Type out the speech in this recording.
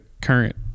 current